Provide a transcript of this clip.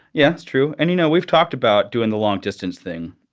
yes, true. and you know, we've talked about doing the long distance thing.